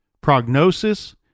prognosis